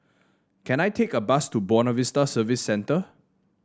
can I take a bus to Buona Vista Service Centre